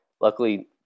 luckily